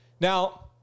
Now